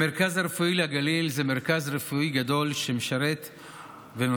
המרכז הרפואי לגליל זה מרכז רפואי גדול שמשרת ונותן